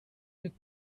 with